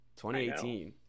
2018